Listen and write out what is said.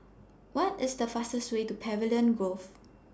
What IS The fastest Way to Pavilion Grove